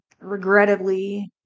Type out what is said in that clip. regrettably